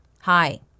Hi